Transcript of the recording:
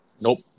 Nope